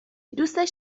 دوستش